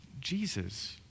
Jesus